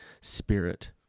spirit